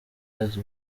azi